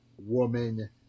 woman